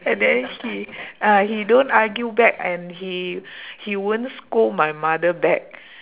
and then he ah he don't argue back and he he won't scold my mother back